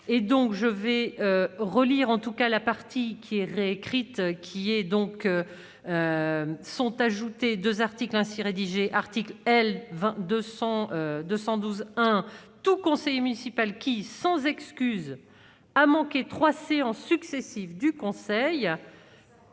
je vais relire en tout cas la partie qui est réécrite, qui est donc se sont ajoutés 2 articles ainsi rédigés article, elle vend 200 212 1 tout conseiller municipal qui. Sans excuses a manqué 3 séances successives du Conseil.